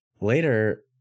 Later